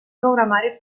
programari